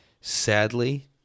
Sadly